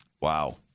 Wow